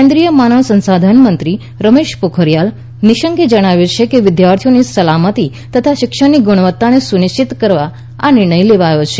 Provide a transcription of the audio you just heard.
કેન્દ્રીય માનવ સંસાધન મંત્રી રમેશ પોખરીયાલ નિશંકે જણાવ્યું છે કે વિદ્યાર્થીઓની સલામતી તથા શિક્ષણની ગુણવત્તાને સુનિશ્ચિત કરવા આ નિર્ણય લેવાયો છે